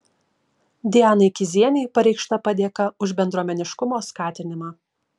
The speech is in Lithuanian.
dianai kizienei pareikšta padėka už bendruomeniškumo skatinimą